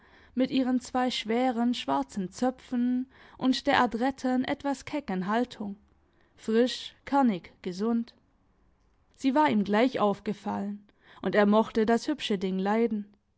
mit ihren zwei schweren schwarzen zöpfen und der adretten etwas kecken haltung frisch kernig gesund sie war ihm gleich aufgefallen und er mochte das hübsche ding leiden